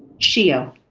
sheeo,